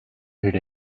heard